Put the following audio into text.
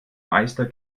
meister